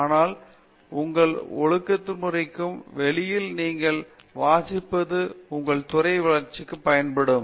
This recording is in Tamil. ஆனால் உங்கள் ஒழுங்குமுறைக்கு வெளியில் நீங்கள் வாசிப்பது உங்கள் துறை வளர்ச்சிக்கும் பயன்படும்